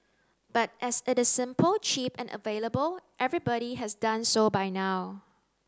but as it is simple cheap and available everybody has done so by now